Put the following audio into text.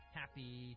happy